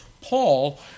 Paul